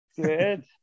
Good